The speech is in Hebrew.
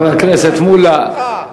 חבר הכנסת מולה.